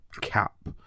cap